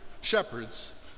shepherds